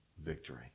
victory